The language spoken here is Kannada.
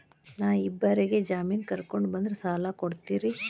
ನಾ ಇಬ್ಬರಿಗೆ ಜಾಮಿನ್ ಕರ್ಕೊಂಡ್ ಬಂದ್ರ ಸಾಲ ಕೊಡ್ತೇರಿ?